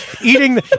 eating